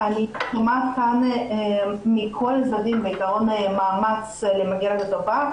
אני רואה כמעט מכל הצדדים כאן בעיקרון מאמץ למגר את התופעה,